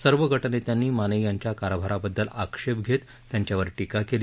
सर्व गटनेत्यांनी माने यांच्या कारभाराबद्दल आक्षेप घेत त्यांच्यावर टीका केली